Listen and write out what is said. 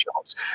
jobs